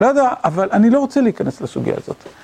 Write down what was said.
לא יודע, אבל אני לא רוצה להיכנס לסוגיה הזאת.